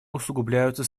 усугубляются